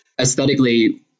aesthetically